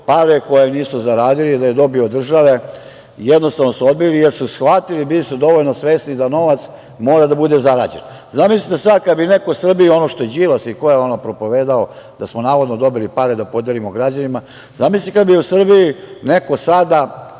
pare koje nisu zaradili, da ih dobiju od države, jer su shvatili, bili su dovoljno svesni da novac mora da bude zarađen. Zamislite sad kada bi neko Srbiji ono što je Đilas propovedao, da smo navodno dobili pare da podelimo građanima, zamislite kada bi u Srbiji neko sada,